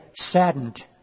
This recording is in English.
saddened